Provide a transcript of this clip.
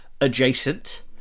adjacent